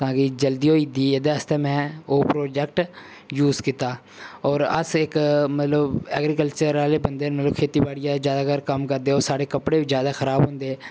तां कि जल्दी होई जंदी एह्दे आस्तै मैं ओह् प्रोजेक्ट यूज़ कीता होर अस इक मतलब ऐग्रीकल्चर आह्ले बन्दे न मतलब खेतीबाड़ी दा ज्यादातर कम्म करदे होर साढ़े कपड़े बी ज्यादे खराब होंदे